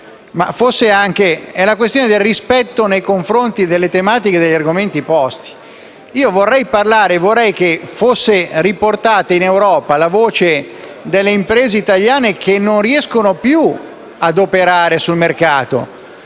Sottosegretari. È una questione di rispetto nei confronti delle tematiche e degli argomenti posti. Io vorrei parlare e vorrei che fosse riportata in Europa la voce delle imprese italiane che non riescono più ad operare sul mercato